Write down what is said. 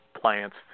plants